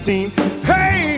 Hey